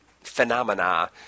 phenomena